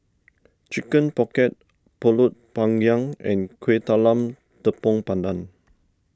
Chicken Pocket Pulut Panggang and Kueh Talam Tepong Pandan